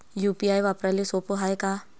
UPI वापराले सोप हाय का?